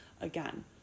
Again